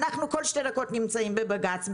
אנחנו כל שתי דקות נמצאים בבג"ץ,